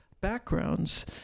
backgrounds